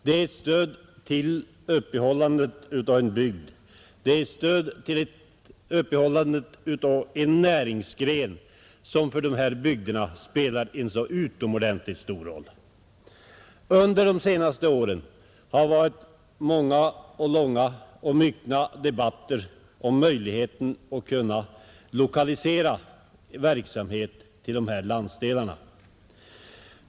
Det är ett stöd till upprätthållandet av en bygd, det är ett stöd till upprätthållandet av en näringsgren som för dessa bygder spelar en så utomordentligt stor roll. Under de senaste åren har det varit många och långa debatter om möjligheten att lokalisera verksamhet till dessa landsdelar.